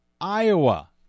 Iowa